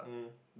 mm